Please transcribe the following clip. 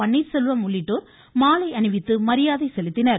பன்னீர்செல்வம் உள்ளிட்டோர் மாலை அணிவித்து மரியாதை செலுத்தினர்